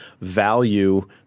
value